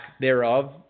thereof